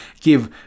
give